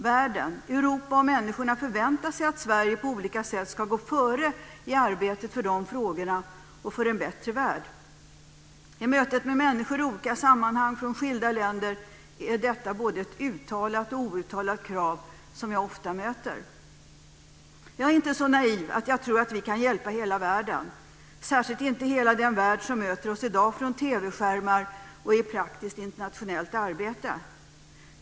Världen, Europa och människorna förväntar sig att Sverige på olika sätt ska gå före i arbetet med de frågorna och för en bättre värld. I mötet med människor i olika sammanhang från skilda länder är detta både ett uttalat och outtalat krav, som jag ofta möter. Jag är inte så naiv att jag tror att vi kan hjälpa hela världen - särskilt inte hela den värld som möter oss i dag från TV-skärmar och i praktiskt internationellt arbete.